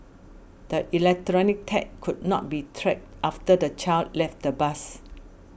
the electronic tag could not be tracked after the child left the bus